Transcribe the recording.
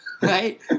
right